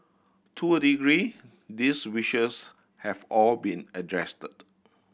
to a degree these wishes have all been addressed